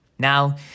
Now